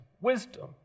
wisdom